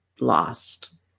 lost